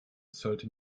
sollte